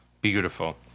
Beautiful